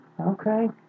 Okay